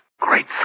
Great